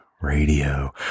radio